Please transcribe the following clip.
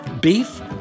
beef